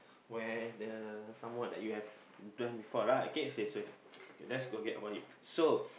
where the someone that you have done before right okay okay let's forget about it so